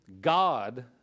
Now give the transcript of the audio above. God